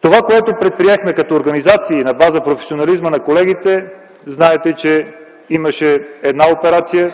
Това, което предприехме като организация на база професионализма на колегите, беше следното. Знаете, че имаше една операция